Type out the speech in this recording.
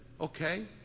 Okay